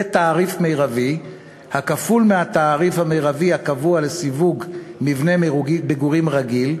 בתעריף מרבי הכפול מהתעריף המרבי הקבוע לסיווג מבנה מגורים רגיל,